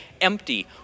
Empty